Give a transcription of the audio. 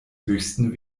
höchsten